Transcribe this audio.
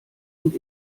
und